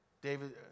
David